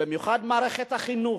ובמיוחד מערכת החינוך,